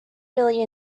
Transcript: really